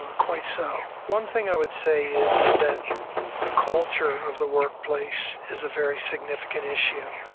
ah quite so. one thing i would say is, is that the culture of the workplace is a very significant issue.